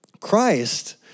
Christ